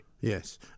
Yes